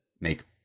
make